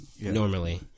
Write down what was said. normally